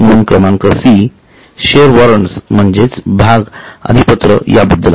नोंद क्रमांक C shares warrant म्हणजेच भाग अधिपत्र या बद्दल आहे